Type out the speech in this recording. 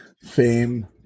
Fame